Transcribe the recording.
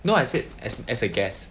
no I said as as a guest